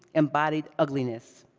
embodied ugliness.